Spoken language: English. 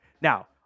Now